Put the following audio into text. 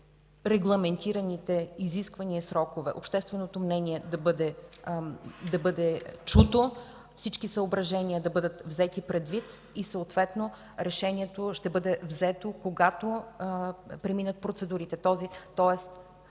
регламентираните изисквания и срокове, общественото мнение да бъде чуто, всички съображения да бъдат взети предвид и съответно решението ще бъде взето, когато преминат процедурите. Тоест